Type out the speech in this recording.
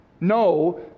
no